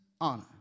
honor